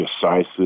decisive